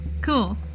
cool